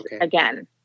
Again